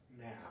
now